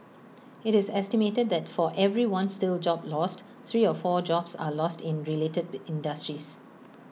IT is estimated that for every one steel job lost three or four jobs are lost in related industries